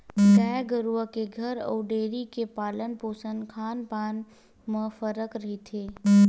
गाय गरुवा के घर अउ डेयरी के पालन पोसन खान पान म फरक रहिथे